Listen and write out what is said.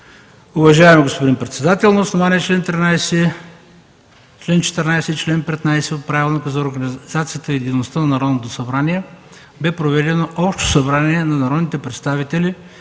„Уважаеми господин председател, на основание членове 13, 14 и 15 от Правилника за организацията и дейността на Народното събрание бе проведено Общо събрание на народните представители,